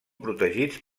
protegits